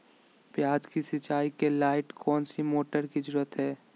प्याज की सिंचाई के लाइट कौन सी मोटर की जरूरत है?